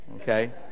Okay